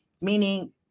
meaning